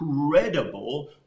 incredible